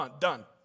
Done